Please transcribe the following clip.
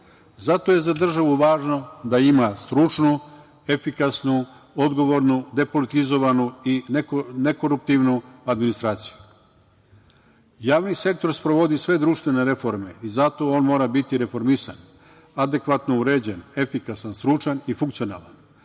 Zato je za državu važno da ima stručnu, efikasnu, odgovornu, depolitizovanu i nekoruptivnu administraciju. Javni sektor sprovodi sve društvene reforme i zato on mora biti reformisan, adekvatno uređen, efikasan, stručan i funkcionalan